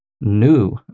new